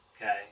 Okay